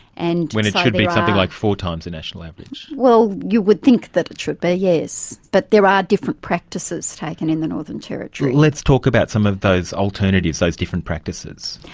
when it should be something like four times the national average? well, you would think that it should be, yes, but there are different practices taken in the northern territory. let's talk about some of those alternatives, those different practices.